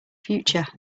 future